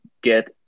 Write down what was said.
get